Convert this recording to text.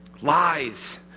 lies